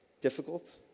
difficult